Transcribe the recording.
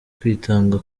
kwitanga